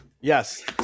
Yes